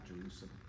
Jerusalem